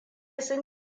sun